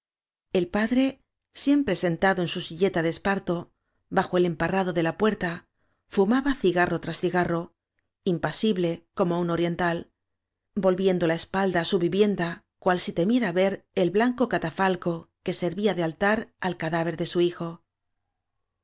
el padre siempre sentado en su silleta de esparto bajo el em parrado de la puerta fumaba cigarro tras cigarro impasible como un oriental volvien do la espalda á su vivienda cual si temiera ver el blanco catafalco que servía de altar al cadáver de su hijo